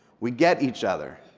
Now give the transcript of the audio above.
we get each other.